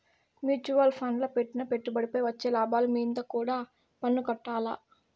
mutual ఫండ్ల పెట్టిన పెట్టుబడిపై వచ్చే లాభాలు మీంద కూడా పన్నుకట్టాల్ల